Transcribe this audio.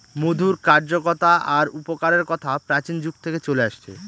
মধুর কার্যকতা আর উপকারের কথা প্রাচীন যুগ থেকে চলে আসছে